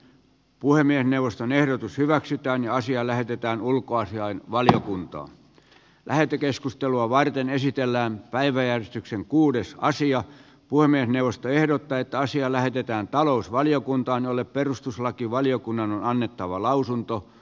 puhemiesneuvoston ehdotus hyväksytään ja asia lähetetään ulkoasiainvaliokuntaan lähetekeskustelua varten esitellään päiväjärjestykseen kuudes asiat poimien jaosto ehdottaa että asiaa lähdetään talousvaliokuntaan jolle perustuslakivaliokunnan on annettava lausunto